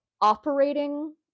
operating